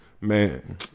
Man